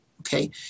okay